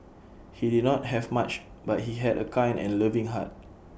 he did not have much but he had A kind and loving heart